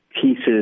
pieces